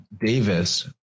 Davis